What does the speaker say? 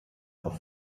auf